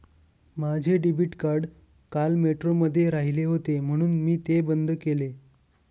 माझे debit card काल मेट्रोमध्ये राहिले होते म्हणून मी ते बंद केले